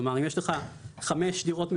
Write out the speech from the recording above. כלומר אם יש לך חמש דירות מגורים,